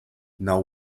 now